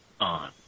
on